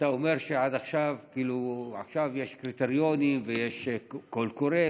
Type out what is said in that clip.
אתה אומר שעכשיו יש קריטריונים ויש קול קורא,